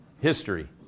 History